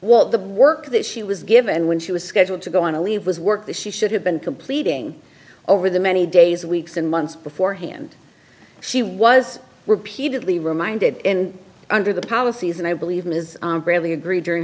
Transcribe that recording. what the work that she was given when she was scheduled to go on a leave was work that she should have been completing over the many days weeks and months beforehand she was repeatedly reminded in under the policies and i believe ms bradley agree during